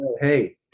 Hey